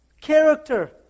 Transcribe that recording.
Character